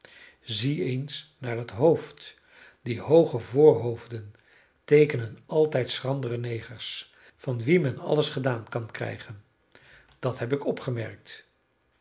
zie eens naar dat hoofd die hooge voorhoofden teekenen altijd schrandere negers van wien men alles gedaan kan krijgen dat heb ik opgemerkt